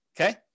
Okay